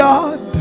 God